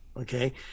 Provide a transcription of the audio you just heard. Okay